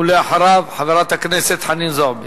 ואחריו, חברת הכנסת חנין זועבי.